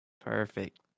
Perfect